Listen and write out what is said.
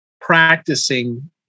practicing